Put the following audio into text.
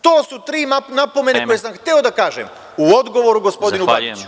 To su tri napomene koje sam hteo da kažem u odgovoru gospodinu Babiću.